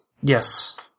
Yes